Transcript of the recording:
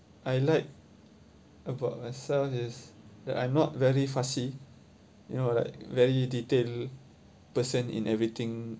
I like about myself is that I'm not very fussy you know like very detail person in everything